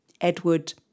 Edward